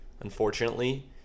unfortunately